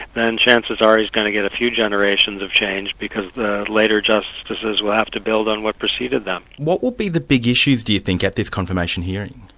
then chances are he's going to get a few generations of change because the later justices will have to build on what preceded them. what will be the big issues, do you think, at this confirmation hearing?